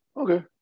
okay